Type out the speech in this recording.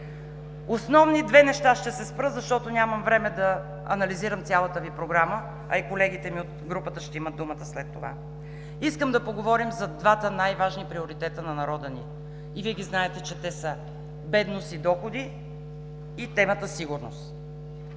основни две неща ще се спра, защото нямам време да анализирам цялата Ви програма, а и колегите от групата ще имат думата след това. Искам да поговорим за двата най-важни приоритета на народа ни и Вие ги знаете, че те са бедност и доходи, и темата „Сигурност“.